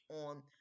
on